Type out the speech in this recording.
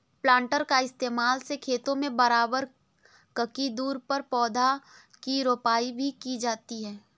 planter का इस्तेमाल से खेतों में बराबर ककी दूरी पर पौधा की रोपाई भी की जाती है